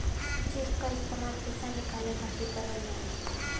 check क इस्तेमाल पइसा निकाले खातिर करल जाला